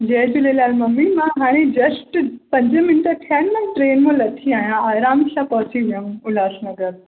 जय Jhulelal mummy मां हाणे just पंज मिंट थिया आहिनि मां ट्रेन मां लथी आहियां आरामु सां पहुची वियमि उल्हासनगर